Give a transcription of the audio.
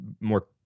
more